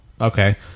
okay